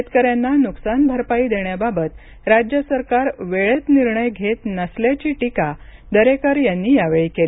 शेतकऱ्यांना नुकसान भरपाई देण्याबाबत राज्य सरकार वेळेत निर्णय घेत नसल्याची टीका दरेकर यांनी केली